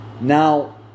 Now